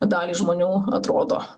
daliai žmonių atrodo